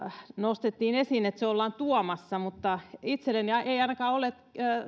nostettiin esiin että se ollaan tuomassa mutta itselleni ei ainakaan ole